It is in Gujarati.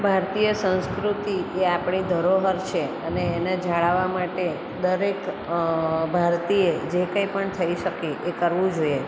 ભારતીય સંસ્કૃતિ એ આપણી ધરોહર છે અને એને જાળવવા માટે દરેક ભારતીયે જે કંઈ પણ થઈ શકે એ કરવું જોઈએ